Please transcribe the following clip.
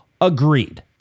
Agreed